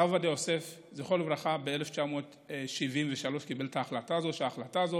הרב עובדיה יוסף זכרו לברכה קיבל ב-1973 את ההחלטה הזאת,